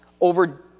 over